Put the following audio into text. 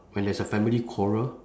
when there's a family quarrel